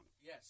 Yes